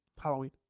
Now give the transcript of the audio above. Halloween